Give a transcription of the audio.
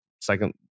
second